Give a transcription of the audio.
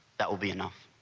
that will be enough